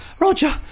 Roger